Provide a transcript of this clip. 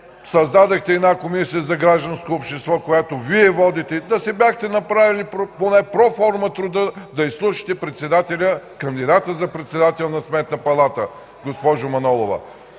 Създадохте Комисия за гражданско общество, която Вие водите. Да си бяхте направили поне проформа труда да изслушате кандидата за председател на Сметната палата, госпожо Манолова.